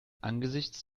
angesichts